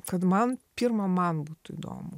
kad man pirma man būtų įdomu